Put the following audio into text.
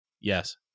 Yes